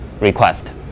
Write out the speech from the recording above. request